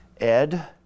Ed